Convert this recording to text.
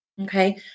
Okay